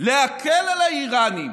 להקל על האיראנים